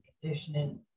conditioning